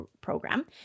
program